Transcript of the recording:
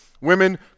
Women